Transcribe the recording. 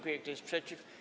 Kto jest przeciw?